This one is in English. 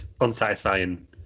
unsatisfying